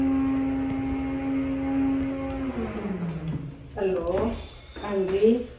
hello अंजी